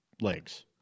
legs